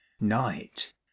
Night